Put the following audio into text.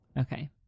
Okay